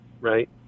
right